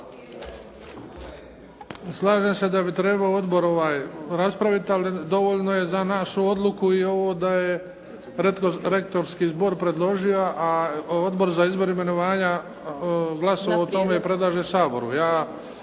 Slažem se da bi trebao odbor raspraviti, ali dovoljno je za našu odluku i ovo da je rektorski zbor predložio, a Odbor za izbor i imenovanja glasovao o tome i predlaže Saboru. Ja